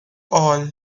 all